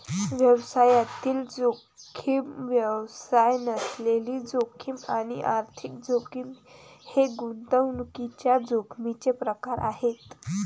व्यवसायातील जोखीम, व्यवसाय नसलेली जोखीम आणि आर्थिक जोखीम हे गुंतवणुकीच्या जोखमीचे प्रकार आहेत